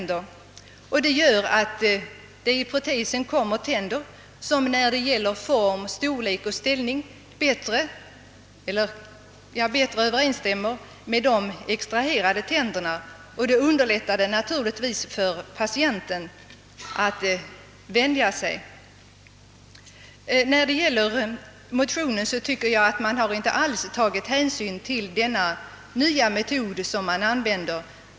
Detta gör att i pro tesen kommer tänder som när det gäller form, storlek och ställning överensstämmer med de extraherade tänderna, och det underlättar naturligtvis för patienten att anpassa sig. Jag tycker att man i motionen inte beaktat denna nya metod som används.